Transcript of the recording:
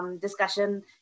discussion